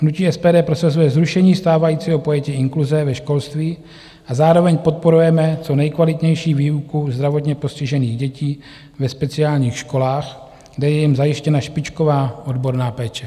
Hnutí SPD prosazuje zrušení stávajícího pojetí inkluze ve školství a zároveň podporujeme co nejkvalitnější výuku zdravotně postižených dětí ve speciálních školách, kde je jim zajištěna špičková odborná péče.